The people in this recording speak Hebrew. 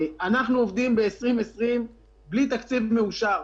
אנחנו עובדים ב-2020 בלי תקציב מאושר.